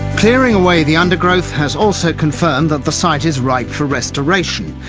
clearing away the undergrowth has also confirmed that the site is ripe for restoration.